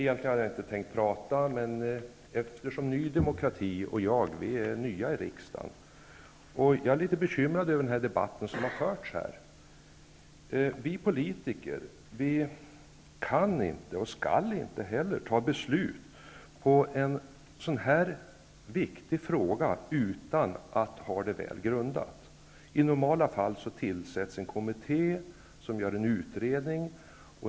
Fru talman! Partiet Ny demokrati och jag är nya i riksdagen, och jag är litet bekymrad över den debatt som har förts här i dag. Vi politiker kan inte, och skall inte heller, fatta beslut om en så här viktig fråga utan att ha väl grund därför. I normala fall tillsätts en kommitté, som gör en utredning.